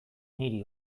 niri